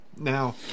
Now